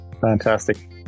Fantastic